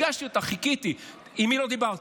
הגשתי אותה, חיכיתי, עם מי לא דיברתי?